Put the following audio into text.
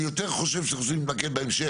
אני יותר חושב שאנחנו צריכים להתמקד בהמשך